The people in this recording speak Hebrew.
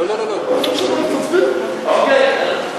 אוקיי,